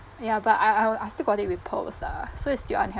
ya but I I I still got it with pearls ah so it's still unhealthy